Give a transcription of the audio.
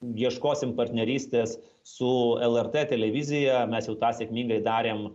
ieškosim partnerystės su lrt televizija mes jau tą sėkmingai darėm